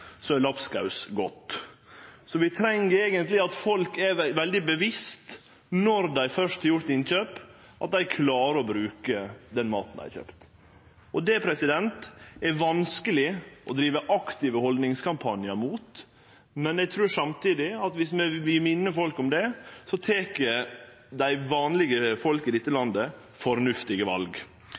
er lapskaus godt. Vi treng eigentleg at folk er veldig bevisste på, når dei først har gjort innkjøp, at dei klarer å bruke den maten dei har kjøpt. Det er det vanskeleg å drive aktive haldningskampanjar for, men eg trur samtidig at dersom vi minner folk om det, tek vanlege folk i dette landet fornuftige val.